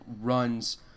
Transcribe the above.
runs